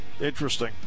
Interesting